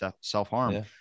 self-harm